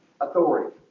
authority